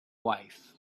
wife